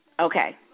Okay